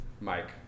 Mike